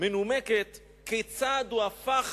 מנומקת כיצד הוא הפך